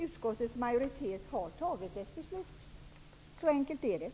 Utskottets majoritet har fattat ett beslut. Så enkelt är det.